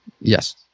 yes